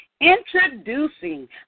Introducing